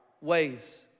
ways